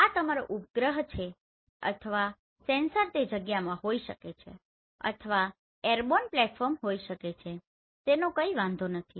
આ તમારો ઉપગ્રહ છે અથવા સેન્સર તે જગ્યામાં હોઈ શકે છે અથવા એરબોર્ન પ્લેટફોર્મ હોઈ શકે છે તેનો કોઈ વાંધો નથી